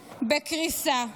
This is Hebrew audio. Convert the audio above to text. בקריסה.